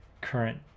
current